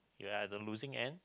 we are the losing end